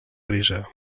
grisa